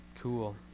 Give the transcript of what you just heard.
Cool